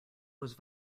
was